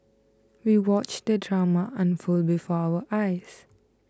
we watched the drama unfold before our eyes